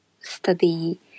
study